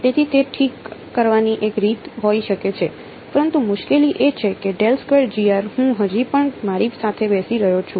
તેથી તે ઠીક કરવાની એક રીત હોઈ શકે છે પરંતુ મુશ્કેલી એ છે કે હું હજી પણ મારી સાથે બેસી રહ્યો છું